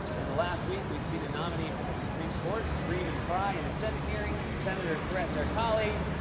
in the last week, we've seen a nominee for the supreme court scream and cry in a senate hearing, senators threaten their colleagues,